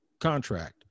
contract